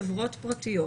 חברות פרטיות,